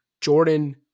Jordan